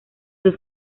dos